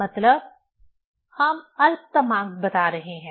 मतलब हम अल्पतमांक बता रहे हैं